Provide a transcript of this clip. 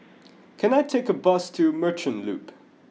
can I take a bus to Merchant Loop